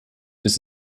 bis